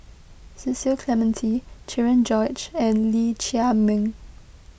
Cecil Clementi Cherian George and Lee Chiaw Meng